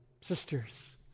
sisters